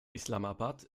islamabad